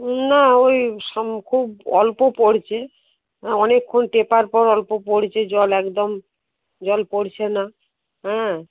না ওই খুব অল্প পড়ছে অনেকক্ষণ টেপার পর অল্প পড়ছে জল একদম জল পড়ছে না হ্যাঁ